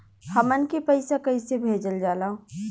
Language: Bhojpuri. हमन के पईसा कइसे भेजल जाला?